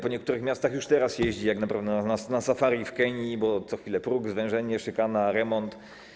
Po niektórych miastach już teraz jeździ się jak na pewno na safari w Kenii, bo co chwilę próg, zwężenie, szykana, remont.